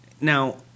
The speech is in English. Now